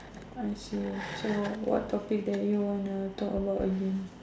I see so what topic that you want to talk about again